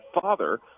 father